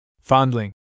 Fondling